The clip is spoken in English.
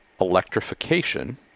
electrification